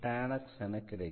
constant அல்ல